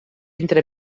entre